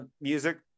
music